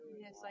Yes